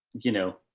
you know,